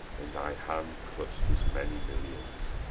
in thy hands clutch'd as many millions,